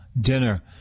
dinner